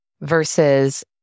versus